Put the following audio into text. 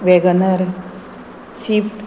Wagon R swift